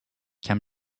can